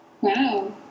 Wow